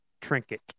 trinket